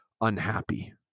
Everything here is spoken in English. unhappy